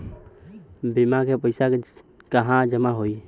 बीमा क पैसा कहाँ जमा होई?